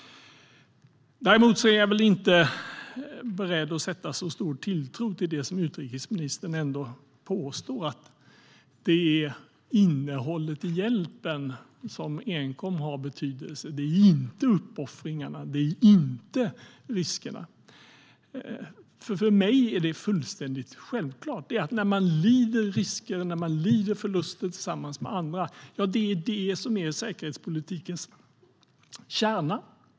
Däremot är jag inte beredd att sätta så stor tilltro till det som utrikesministern påstår: att det enkom är innehållet i hjälpen som har betydelse. Det är alltså inte uppoffringarna, och det är inte riskerna. För mig är det fullständigt självklart att när man utsätter sig för risker och lider förluster tillsammans med andra är det detta som är säkerhetspolitikens kärna.